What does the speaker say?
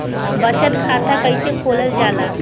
बचत खाता कइसे खोलल जाला?